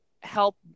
help